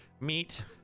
meet